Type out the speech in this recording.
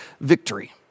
victory